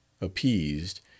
Appeased